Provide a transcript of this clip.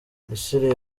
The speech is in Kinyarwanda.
misiri